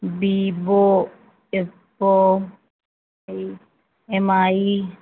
Vivo Oppo E mi